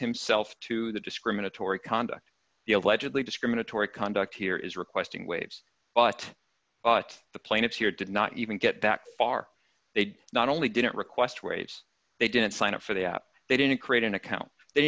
himself to the discriminatory conduct the allegedly discriminatory conduct here is requesting waves but the plaintiffs here did not even get that far they not only didn't request ways they didn't sign up for the app they didn't create an account they